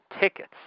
tickets